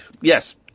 Yes